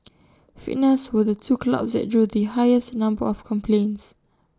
fitness were the two clouds that drew the highest number of complaints